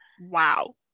wow